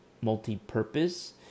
multi-purpose